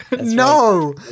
No